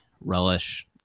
relish